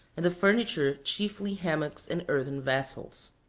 and the furniture chiefly hammocks and earthen vessels.